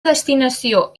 destinació